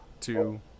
two